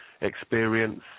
experience